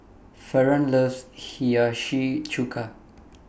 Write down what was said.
Fernand loves Hiyashi Chuka